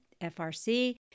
FRC